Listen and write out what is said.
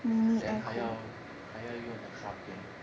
then 还要还要用 extra 电